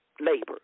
labor